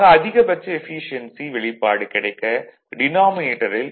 ஆக அதிகபட்ச எஃபீசியென்சி வெளிப்பாடு கிடைக்க டினாமினேட்டரில் x2